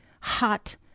hot